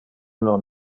non